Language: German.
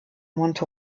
monte